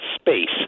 space